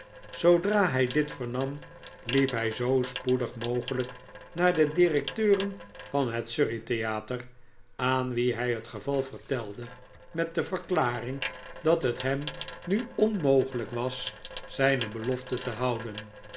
zoodra hij dit vernam liep hij zoo spoedig mogelijk naar de directeuren van het surreytheater aan wien hij het geval vertelde met de verklaring dat het hem nu onmogelijk was zijne belofte te houden